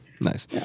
nice